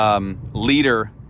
leader